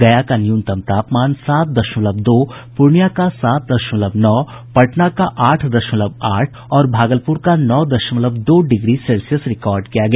गया का न्यूनतम तापमान सात दशमलव दो पूर्णियां का सात दशमलव नौ पटना का आठ दशमलव आठ और भागलपुर का नौ दशमलव दो डिग्री सेल्सियस रिकॉर्ड किया गया